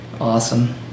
awesome